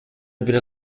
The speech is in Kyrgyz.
бир